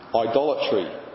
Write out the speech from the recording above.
idolatry